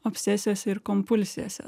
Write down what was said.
obsesijose ir kompulsijose